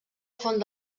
font